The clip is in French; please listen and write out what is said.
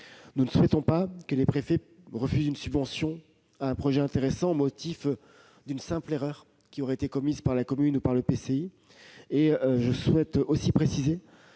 Nous ne souhaitons pas que les préfets refusent une subvention à un projet intéressant au motif d'une simple erreur qui aurait été commise par la commune ou l'EPCI. Je veux aussi préciser